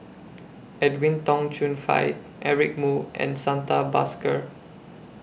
Edwin Tong Chun Fai Eric Moo and Santha Bhaskar